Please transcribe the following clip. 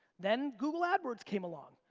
then google adwords came along,